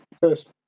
first